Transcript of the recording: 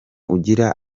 ugira